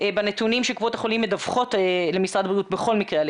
בנתונים שקופות החולים מדווחות למשרד הבריאות בכל מקרה.